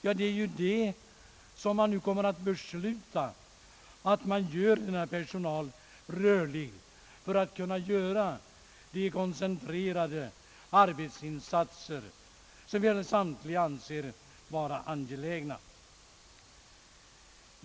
Ja, det är ju detta som man nu kommer att besluta — denna personal görs rörlig för att de koncentrerade arbetsinsatser skall bli möjliga som vi alla här finner vara angelägna.